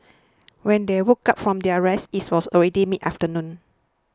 when they woke up from their rest it was already mid afternoon